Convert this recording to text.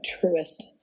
truest